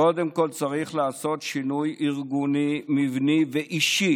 קודם כול צריך לעשות שינוי ארגוני, מבני ואישי